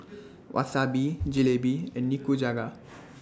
Wasabi Jalebi and Nikujaga